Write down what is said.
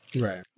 Right